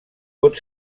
pot